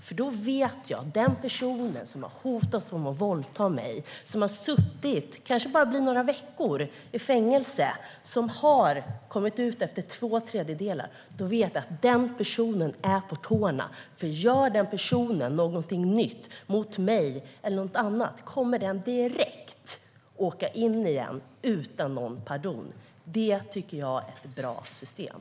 Då vet jag nämligen att den person som har hotat att våldta mig och suttit i fängelse för det - det kanske bara blir några veckor - är på tårna, för om den personen gör något nytt mot mig eller någon annan kommer han direkt att åka in igen utan pardon. Det tycker jag är ett bra system.